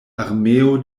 armeo